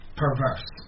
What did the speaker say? perverse